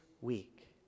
week